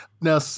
Now